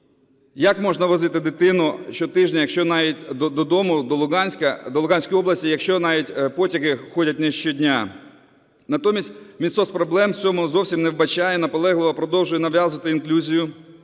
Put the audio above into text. Як можна возити дитину щотижня додому до Луганської області, якщо навіть потяги ходять не щодня? Натомість Мінсоц проблем в цьому зовсім не вбачає, а наполегливо продовжує нав'язувати інклюзію.